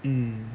mm